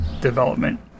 development